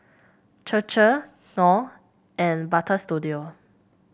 Chir Chir Knorr and Butter Studio